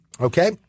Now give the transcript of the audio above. Okay